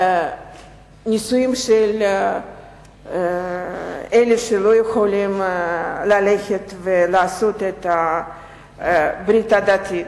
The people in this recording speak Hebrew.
נישואים של אלה שלא יכולים ללכת ולעשות את הברית הדתית.